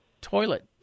toilet